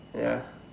ya